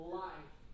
life